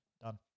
done